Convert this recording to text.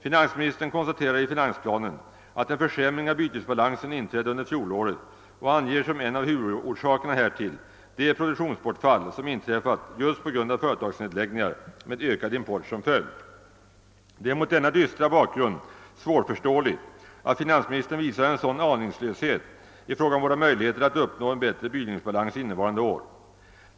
Finansministern konstaterar i finansplanen att en försämring av bytesbalansen inträdde under fjolåret och anger som en av huvudorsakerna härtill det produktionsbortfall, som inträffat just på grund av företagsnedläggningar med ökad import som följd. Det är mot denna dystra bakgrund svårförståeligt, att finansministern visar en sådan anings löshet i fråga om våra möjligheter att uppnå en bättre bytesbalans innevarande år.